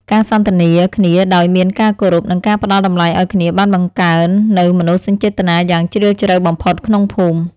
ការសន្ទនាគ្នាដោយមានការគោរព និងការផ្ដល់តម្លៃឱ្យគ្នាបានបង្កើននូវមនោសញ្ចេតនាយ៉ាងជ្រាលជ្រៅបំផុតក្នុងភូមិ។